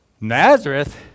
Nazareth